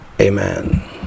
Amen